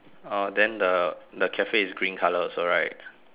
oh then the the cafe is green colour also right